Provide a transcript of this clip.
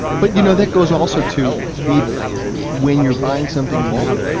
but you know, that goes also to if when you're buying something new,